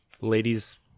Ladies